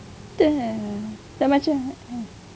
dah macam